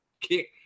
kick